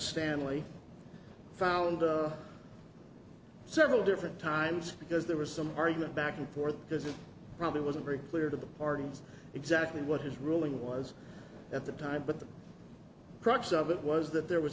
stanley found several different times because there was some argument back and forth because it probably wasn't very clear to the parties exactly what his ruling was at the time but the crux of it was that there was